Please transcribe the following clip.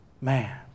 Man